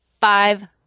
Five